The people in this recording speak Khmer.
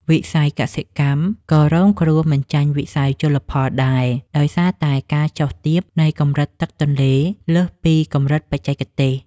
វិស័យកសិកម្មក៏រងគ្រោះមិនចាញ់វិស័យជលផលដែរដោយសារតែការចុះទាបនៃកម្រិតទឹកទន្លេលើសពីកម្រិតបច្ចេកទេស។